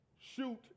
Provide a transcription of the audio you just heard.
shoot